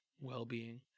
well-being